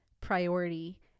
priority